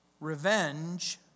revenge